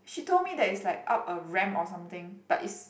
she told me that it's like up a ramp or something but it's